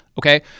okay